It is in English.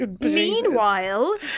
Meanwhile